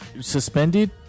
suspended